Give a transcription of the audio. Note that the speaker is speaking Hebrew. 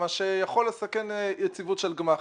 דבר שיכול לסכן יציבות של גמ"חים.